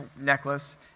necklace